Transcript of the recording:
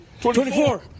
Twenty-four